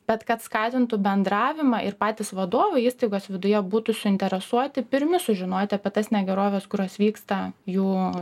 bet kad skatintų bendravimą ir patys vadovai įstaigos viduje būtų suinteresuoti pirmi sužinoti apie tas negeroves kurios vyksta jų